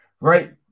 Right